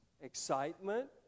excitement